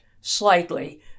slightly